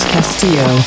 Castillo